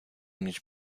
mieć